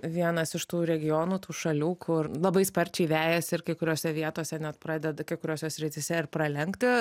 vienas iš tų regionų tų šalių kur labai sparčiai vejasi ir kai kuriose vietose net pradeda kai kuriose srityse ir pralenkti